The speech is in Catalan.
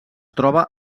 troba